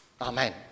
Amen